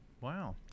Wow